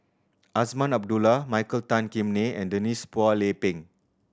Azman Abdullah Michael Tan Kim Nei and Denise Phua Lay Peng